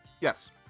Yes